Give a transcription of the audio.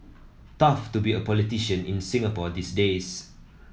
tough to be a politician in Singapore these days